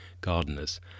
gardeners